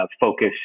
focus